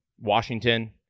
Washington